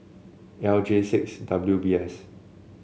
L J six W B S